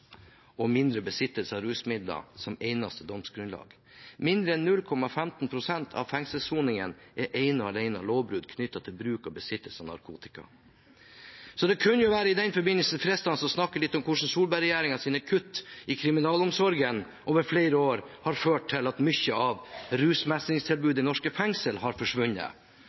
og mindre besittelse av rusmidler som eneste domsgrunnlag. Mindre enn 0,15 pst. av fengselssoningene er ene og alene lovbrudd knyttet til bruk og besittelse av narkotika. Det kunne i den forbindelse være fristende å snakke litt om hvordan Solberg-regjeringens kutt i kriminalomsorgen over flere år har ført til at mye av rusmestringstilbudet i norske fengsel har forsvunnet,